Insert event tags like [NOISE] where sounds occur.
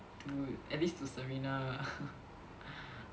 dude at least to Serena [LAUGHS]